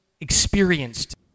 experienced